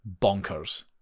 bonkers